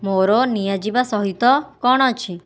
ମୋ'ର ନିଆଯିବା ସହିତ କ'ଣ ଅଛି